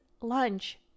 lunch